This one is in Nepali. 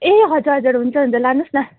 ए हजुर हजुर हुन्छ हुन्छ लानुहोस् न